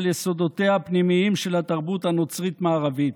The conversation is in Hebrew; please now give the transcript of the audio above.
יסודותיה הפנימיים של התרבות הנוצרית-מערבית.